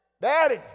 daddy